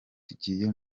tugiye